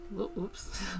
Oops